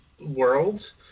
World